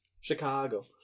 Chicago